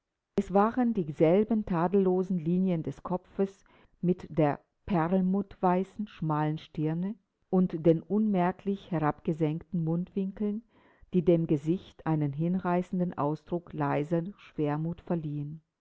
es waren dieselben tadellosen linien des kopfes mit der perlmutterweißen schmalen stirne und den unmerklich herabgesenkten mundwinkeln die dem gesicht einen hinreißenden ausdruck leiser schwermut verliehen